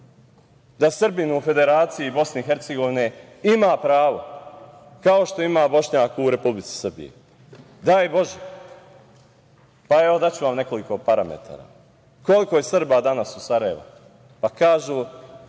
da Srbin u Federaciji BiH ima pravo kao što ima Bošnjak u Republici Srbiji. Daj Bože. Daću vam nekoliko parametara. Koliko je Srba danas u Sarajevu? Kažu